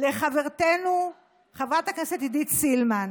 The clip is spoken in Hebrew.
לחברתנו חברת הכנסת עידית סילמן,